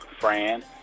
Fran